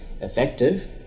effective